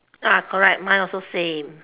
uh correct mine also same